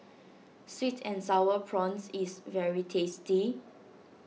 Sweet and Sour Prawns is very tasty